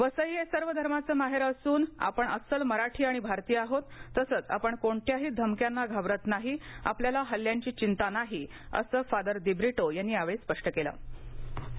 वसई हव्विर्व धर्माच माहित असून आपण अस्सल मराठी आणि भारतीय आहोत तसंच आपण कोणत्याही धमक्यांना घाबरत नाही आपल्याला हल्ल्यांची थिंता नाही अस फादर दिब्रिटो यांनी यावळी स्पष्ट कलि